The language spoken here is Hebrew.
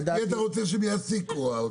את מי אתה רוצה שיעסיקו האוצר?